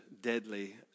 deadly